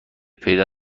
پیدا